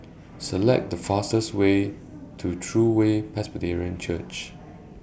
Select The fastest Way to True Way Presbyterian Church